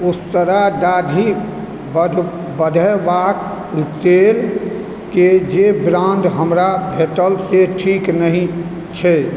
ऊस्तरा दाढ़ी बढ़यबाक तेलके जे ब्राण्ड हमरा भेटल से ठीक नहि छै